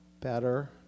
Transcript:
better